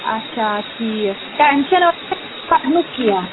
اچھا ٹھیٖک ٹٮ۪نشَن پَرنُک کیٚنہہ